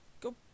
go